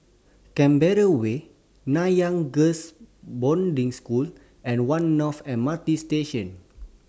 Canberra Way Nanyang Girls' Boarding School and one North M R T Station